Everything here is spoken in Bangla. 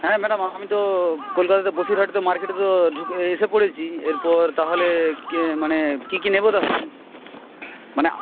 হ্যাঁ ম্যাডাম আমি তো কলকাতাতে বসিরহাটে তো মার্কেটে তো ঢুকে এসে পড়েছি এরপর তাহলে কি মানে কি কি নেবো তাহলে মানে